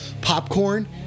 popcorn